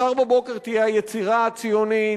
מחר בבוקר תהיה היצירה הציונית,